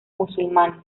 musulmanes